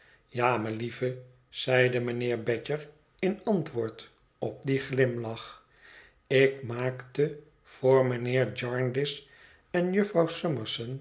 ja melievel zeide mijnheer badger in antwoord op dien glimlach ik maakte voor mijnheer jarndyce en jufvrouw summerson